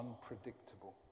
unpredictable